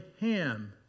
Ham